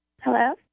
Hello